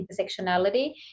intersectionality